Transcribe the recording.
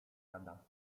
rada